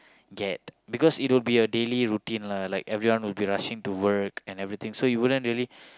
get because it would be a daily routine lah like everyone will be rushing to work and everything so you wouldn't really